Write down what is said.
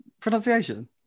pronunciation